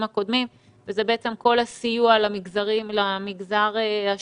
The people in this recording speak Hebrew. הקודמים וזה בעצם כל הסיוע למגזר השלישי,